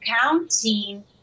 counting